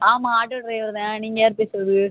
ஆமாம் auto driver தான் நீங்கள் யார் பேசுகிறது